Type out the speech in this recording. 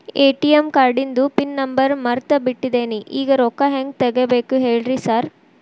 ATM ಕಾರ್ಡಿಂದು pin number ಮರ್ತ್ ಬಿಟ್ಟಿದೇನಿ ಈಗ ರೊಕ್ಕಾ ಹೆಂಗ್ ತೆಗೆಬೇಕು ಹೇಳ್ರಿ ಸಾರ್